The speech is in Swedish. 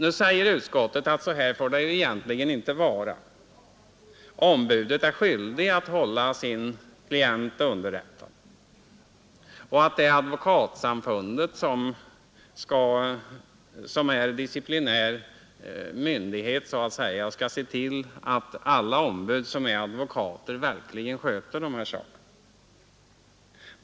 Utskottet säger att så här får det inte vara. Ombudet är skyldig att hålla sin klient underrättad, och det är Advokatsamfundet som är disciplinär myndighet så att säga och skall se till att alla ombud som är advokater verkligen sköter dessa saker.